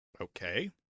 Okay